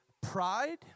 Pride